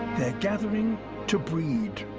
they're gathering to breed.